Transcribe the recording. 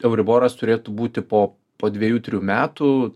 euriboras turėtų būti po po dviejų trijų metų